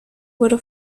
wurde